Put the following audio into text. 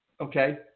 Okay